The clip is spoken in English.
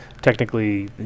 technically